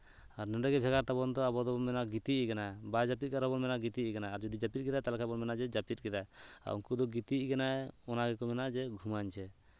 ᱟᱨ ᱱᱚᱸᱰᱮᱜᱮ ᱵᱷᱮᱜᱟᱨ ᱛᱟᱵᱚᱱ ᱫᱚ ᱟᱵᱚ ᱫᱚᱵᱚᱱ ᱢᱮᱱᱟ ᱜᱤᱛᱤᱡ ᱟᱠᱟᱱᱟᱭ ᱵᱟᱭ ᱡᱟᱹᱯᱤᱫ ᱠᱟᱜ ᱨᱮᱦᱚᱸ ᱵᱚᱱ ᱢᱮᱱᱟ ᱜᱛᱤᱡ ᱟᱠᱟᱱᱟᱭ ᱡᱩᱫᱤ ᱡᱟᱹᱯᱤᱫ ᱠᱮᱫᱟᱭ ᱛᱟᱦᱚᱞᱮ ᱠᱷᱟᱡ ᱵᱚᱱ ᱢᱮᱱᱟ ᱡᱟᱹᱯᱤᱫ ᱟᱠᱟᱫᱟᱭ ᱩᱱᱠᱩ ᱫᱚ ᱜᱤᱛᱤᱡ ᱟᱠᱟᱱᱟᱭ ᱚᱱᱟ ᱜᱮᱠᱚ ᱢᱮᱱᱟ ᱡᱮ ᱜᱷᱩᱢᱟᱧᱪᱷᱮ